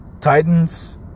Titans